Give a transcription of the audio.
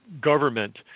government